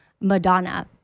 Madonna